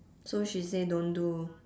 so she say don't do